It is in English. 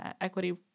equity